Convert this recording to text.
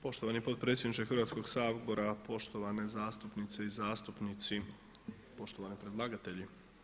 Poštovani potpredsjedniče Hrvatskog sabora, poštovane zastupnice i zastupnici, poštovani predlagatelji.